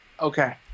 Okay